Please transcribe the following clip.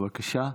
בבקשה.